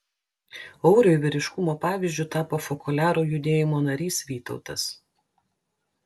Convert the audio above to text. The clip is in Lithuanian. auriui vyriškumo pavyzdžiu tapo fokoliarų judėjimo narys vytautas